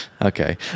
Okay